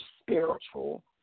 spiritual